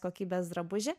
kokybės drabužį